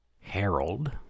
Harold